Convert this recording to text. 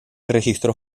registro